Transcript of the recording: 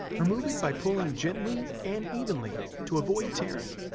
remove it by pulling gently and evenly to avoid tearing.